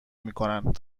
میکنند